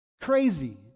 Crazy